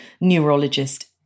neurologist